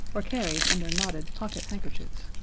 or carried in their knotted pocket handkerchiefs.